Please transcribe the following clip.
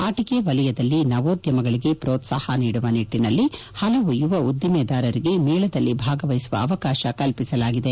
ಆಟಕೆ ವಲಯದಲ್ಲಿ ನವೋದ್ದಮಗಳಿಗೆ ಪೋತ್ಲಾಹ ನೀಡುವ ನಿಟ್ಟನಲ್ಲಿ ಹಲವು ಯುವ ಉದ್ದಿಮೆದಾರರಿಗೆ ಮೇಳದಲ್ಲಿ ಭಾಗವಹಿಸುವ ಅವಕಾಶ ಕಲ್ಪಿಸಲಾಗಿದೆ